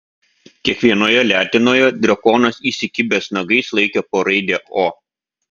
kiekvienoje letenoje drakonas įsikibęs nagais laikė po raidę o